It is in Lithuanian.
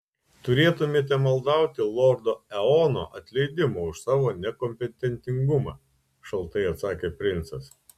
turėtumėte maldauti lordo eono atleidimo už savo nekompetentingumą šaltai atsakė princas